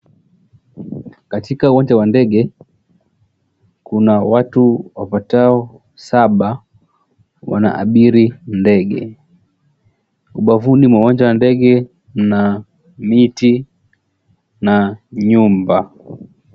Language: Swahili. Katika uwanja wa ndege kuna watu wapatao saba wanaabiri ndege. Ubavuni mwa moja ya ndege mna miti na nyumba.